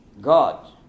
God